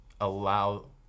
allow